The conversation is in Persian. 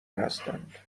هستند